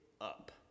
up